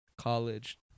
college